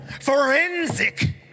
Forensic